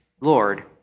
Lord